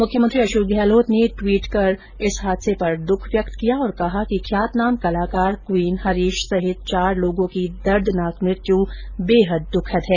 मुख्यमंत्री अशोक गहलोत ने टवीट कर इस हादसे पर दुख व्यक्त किया और कहा कि ख्यातनाम कलाकार क्वीन हरीश सहित चार लोगों की दर्दनाक मृत्य बेहद द्रखद है